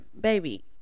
baby